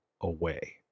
away